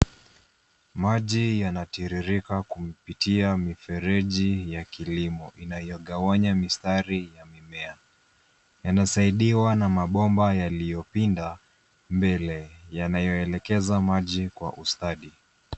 Maji yanatiririka kupitia mifereji ya kilimo inayogawanya mistari ya mimea. Yanasaidiwa na mabomba yaliyopinda mbele yanayoelekeza maji kwa ustadi.